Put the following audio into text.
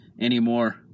anymore